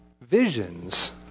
visions